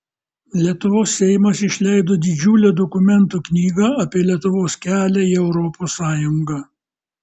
lietuvos seimas išleido didžiulę dokumentų knygą apie lietuvos kelią į europos sąjungą